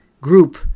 group